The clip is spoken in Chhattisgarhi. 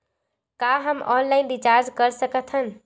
का हम ऑनलाइन रिचार्ज कर सकत हन?